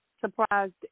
Surprised